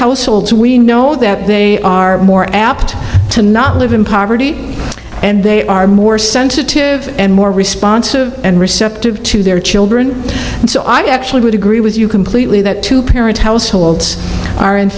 households we know that they are more apt to not live in poverty and they are more sensitive and more responsive and receptive to their children and so i actually would agree with you completely that two parent households are in